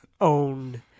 own